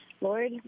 Lord